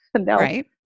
Right